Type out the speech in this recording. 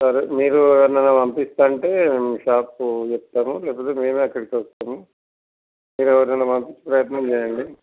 సరే మీరు ఎవరినైనా పంపిస్తాను అంటే షాప్లో చెప్తాను లేకపోతే మేమే అక్కడికి వస్తాము మీరు ఎవరినైనా పంపించే ప్రయత్నం చేయండి